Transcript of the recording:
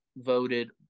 voted